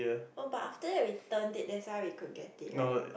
oh but after that we turned it that's why we could get it right